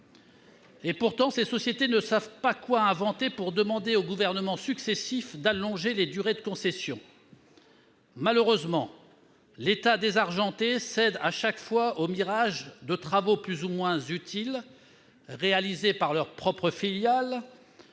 ! Pourtant, elles ne savent pas quoi inventer pour demander aux gouvernements successifs d'allonger les durées des concessions. Malheureusement, l'État désargenté cède à chaque fois aux mirages de travaux plus ou moins utiles- réalisés par les propres filiales